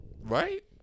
Right